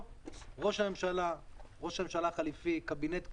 ראש הממשלה, ראש הממשלה החליפי, קבינט קורונה,